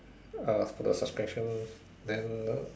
uh for the suspension then